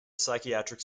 psychiatric